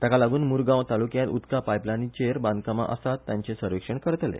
ताका लागून मुरगांव तालुक्यांत उदका पायपलायनीचेर बांदकामां आसात तांचे सर्वेक्षण करतले